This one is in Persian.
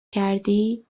کردی